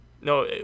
No